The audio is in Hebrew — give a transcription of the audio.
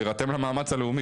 להירתם למאמץ הלאומי,